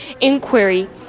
inquiry